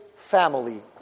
Family